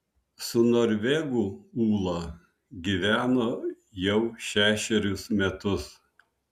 su norvegu ūla gyveno jau šešerius metus